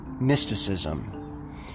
mysticism